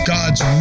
God's